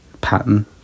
pattern